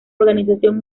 organización